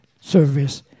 service